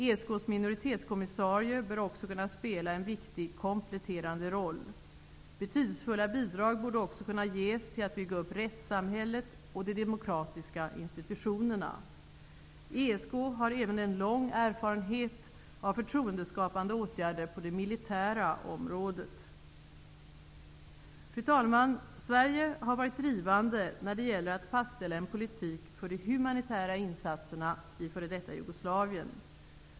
ESK:s minoritetskommissarie bör också kunna spela en viktig kompletterande roll. Betydelsefulla bidrag borde också gunna ges till att bygga upp rättssamhället och de demokratiska institutionerna. ESK har även lång erfarenhet av förtroendeskapande åtgärder på det militära området. Fru talman! Sverige har varit drivande när det gäller att fastställa en politik för de humanitära insatserna i f.d. Jugoslavien.